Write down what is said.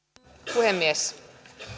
puhemies